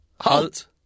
Halt